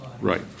Right